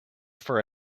for